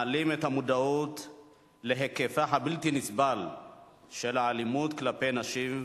מעלים את המודעות להיקפה הבלתי-נסבל של האלימות כלפי נשים,